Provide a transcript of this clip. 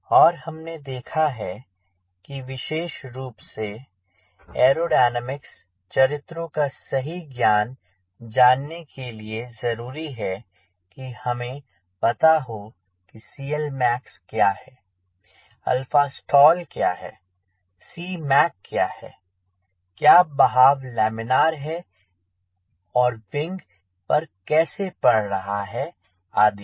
और हमने देखा है कि विशेष रूप से ऐरोडीनमिक्स चरित्रों का सही ज्ञान जानने के लिए जरूरी है कि हमे पता हो कि CLmax क्या है alpha stall क्या है Cmac क्या है क्या बहाव लैमिनार है और विंग पर कैसे पड़ रहा है आदि